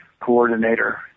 coordinator